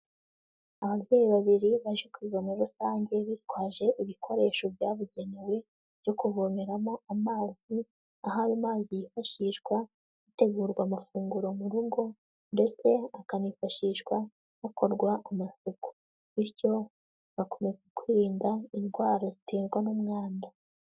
Ababyeyi babiri baje ku ivomero rusange bitwaje ibikoresho byabugenewe byo kuvomeramo amazi, aho ayo mazi yifashishwa hategurwa amafunguro mu rugo, ndetse akanifashishwa hakorwa amasuku. Bityo bakomeza kwirinda indwara ziterwa n'umwanda.